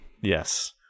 Yes